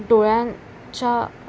डोळ्यांच्या